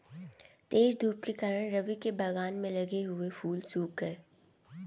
तेज धूप के कारण, रवि के बगान में लगे फूल सुख गए